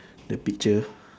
the picture